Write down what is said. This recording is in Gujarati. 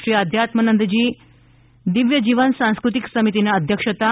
શ્રી આધ્યાત્મનંદજી દિવ્યજીવન સાંસ્કૃત્તિક સમિતિનાં અધ્યક્ષ હતાં